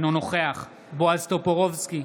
אינו נוכח בועז טופורובסקי,